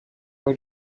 were